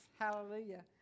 Hallelujah